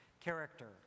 character